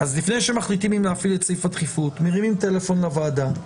אז לפני שמחליטים אם להפעיל את סעיף הדחיפות מרימים טלפון לוועדה.